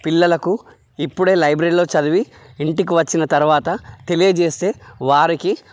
పిల్లలకు ఇప్పుడే లైబ్రరీలో చదివి ఇంటికి వచ్చిన తర్వాత తెలియజేస్తే వారికి